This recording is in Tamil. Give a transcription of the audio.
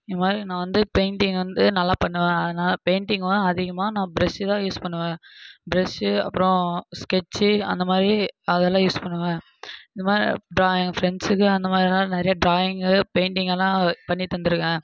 இவ்வாறு நான் வந்து பெயிண்ட்டிங் வந்து நல்லா பண்ணுவேன் அதனால பெயிண்ட்டிங் அதிகமாக நான் ப்ரெஷ்ஷு தான் யூஸ் பண்ணுவன் ப்ரெஷு அப்பறம் ஸ்கெச்சி அந்த மாதிரி அதல்லாம் யூஸ் பண்ணுவேன் இந்த மாதிரி இப்போ எங்கள் ஃப்ரெண்ட்ஸுக்கு அந்த மாதிரிலாம் நிறைய ட்ராயிங்கு பெயிண்ட்டிங்கெல்லாம் பண்ணி தந்துருக்கேன்